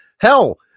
Hell